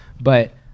but-